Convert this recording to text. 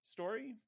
Story